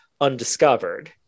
undiscovered